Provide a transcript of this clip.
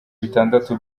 bitandatu